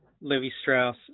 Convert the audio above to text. Levi-Strauss